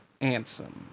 Ansem